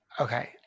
Okay